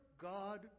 God